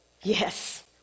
Yes